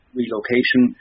relocation